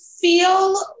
feel